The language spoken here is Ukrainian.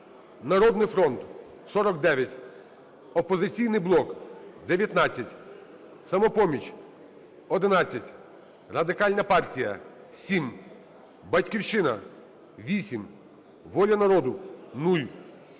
"Народних фронт" – 49, "Опозиційний блок" – 19, "Самопоміч" – 11, Радикальна партія - 7, "Батьківщина" – 8, "Воля народу" – 0,